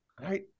right